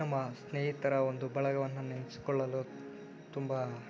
ನಮ್ಮ ಸ್ನೇಹಿತರ ಒಂದು ಬಳಗವನ್ನು ನೆನ್ಪಿಸಿಕೊಳ್ಳಲು ತುಂಬ